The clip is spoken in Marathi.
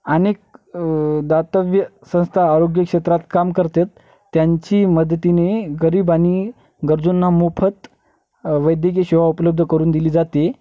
अनेक दातव्य संस्था आरोग्य क्षेत्रात काम करतात त्यांची मदतीने गरीब आणि गरजूंना मोफत वैद्यकीय सेवा उपलब्ध करून दिली जाते